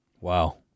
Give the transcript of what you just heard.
Wow